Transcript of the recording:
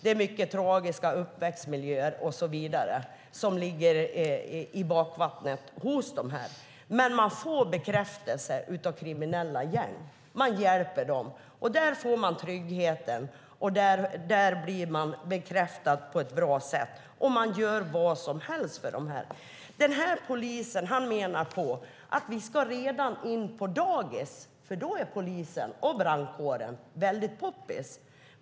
Det är tragiska uppväxtmiljöer och så vidare som ligger i bakgrunden. Men man får bekräftelse i de kriminella gängen. Man hjälper dem, och man får tryggheten och blir bekräftad på ett bra sätt där. Man gör vad som helst för dem. Denne polis menar att polisen ska in redan på dagis, för då är de och brandkåren väldigt poppis.